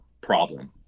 problem